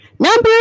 Number